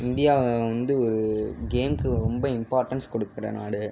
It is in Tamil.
இந்தியாவை வந்து ஒரு கேம்க்கு ரொம்ப இம்பார்ட்டண்ஸ் கொடுக்குற நாடு